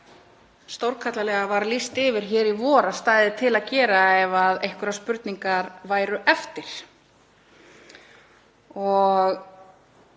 og stórkarlalega var lýst yfir í vor að stæði til að gera ef einhverjar spurningar væru eftir.